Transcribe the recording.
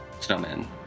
snowman